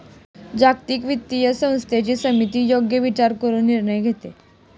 जागतिक वित्तीय व्यवस्थेची समिती योग्य विचार करून निर्णय घेते